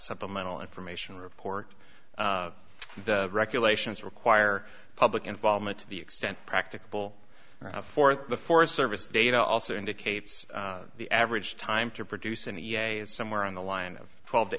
supplemental information report the regulations require public involvement to the extent practicable for the forest service data also indicates the average time to produce an e t a is somewhere on the line of twelve to